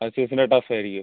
അസ്യൂസിൻ്റെ ടഫായിരിക്കും